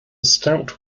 stout